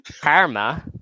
Karma